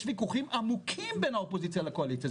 ויכוחים עמוקים בין הקואליציה והאופוזיציה,